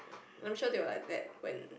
I'm sure they were like that when